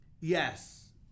Yes